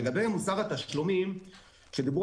לגבי מוסר התשלומים שדיברו,